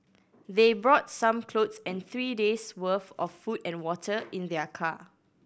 they brought some clothes and three days' worth of food and water in their car